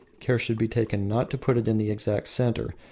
care should be taken not to put it in the exact centre,